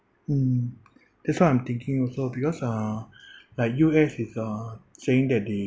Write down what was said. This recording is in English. mm that's what I'm thinking also because uh like U_S is uh saying that they